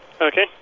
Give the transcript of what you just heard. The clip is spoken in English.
Okay